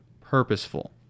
purposeful